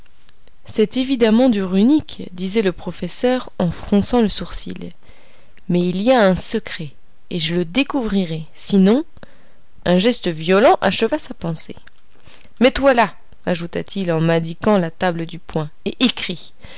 c'est évidemment du runique disait le professeur en fronçant le sourcil mais il y a un secret et je le découvrirai sinon un geste violent acheva sa pensée mets-toi là ajouta-t-il en m'indiquant la table du poing et écris